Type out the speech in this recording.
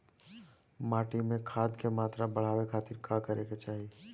माटी में खाद क मात्रा बढ़ावे खातिर का करे के चाहीं?